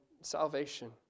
salvation